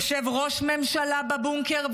יושב ראש ממשלה בבונקר,